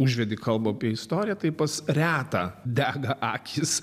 užvedi kalbą apie istoriją tai pas retą dega akys